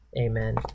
Amen